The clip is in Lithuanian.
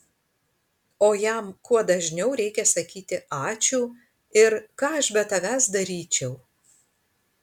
o jam kuo dažniau reikia sakyti ačiū ir ką aš be tavęs daryčiau